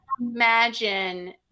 imagine